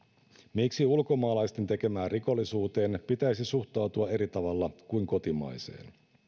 miksi ulkomaalaisten tekemään rikollisuuteen pitäisi suhtautua eri tavalla kuin kotimaiseen